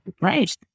Right